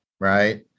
right